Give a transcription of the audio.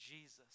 Jesus